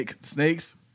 snakes